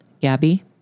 Gabby